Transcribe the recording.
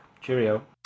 Cheerio